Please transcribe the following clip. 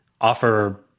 offer